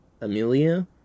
Amelia